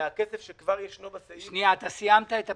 מהכסף שכבר ישנו בסעיף --- אתה סיימת את הפירוט?